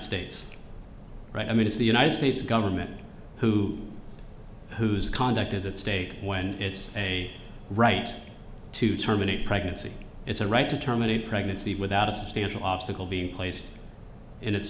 states right i mean it's the united states government who whose conduct is at stake when it's a right to terminate a pregnancy it's a right to terminate a pregnancy without a substantial obstacle being placed in its